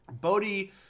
Bodhi